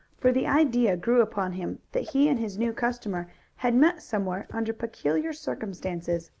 for the idea grew upon him that he and his new customer had met somewhere under peculiar circumstances.